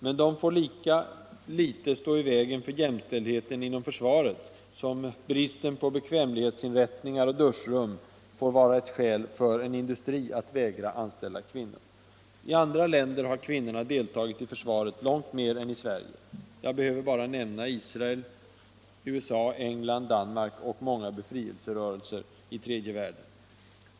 Men de får lika litet stå i vägen för jämställdheten inom försvaret som brist på bekvämlighetsinrättningar och duschrum får vara ett skäl för en industri att vägra anställa kvinnor. I andra länder har kvinnorna deltagit i försvaret långt mer än i Sverige. Jag behöver bara nämna Israel, USA, England, Danmark och många befrielserörelser i tredje världen.